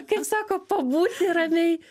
kaip sako pabūti ramiai